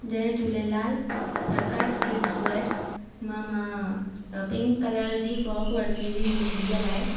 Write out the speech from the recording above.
जय Jhulelal Prakash kids wear मां मां pink colour जी फ्रोक वरिती हुई मुंहिंजी धीअ लाइ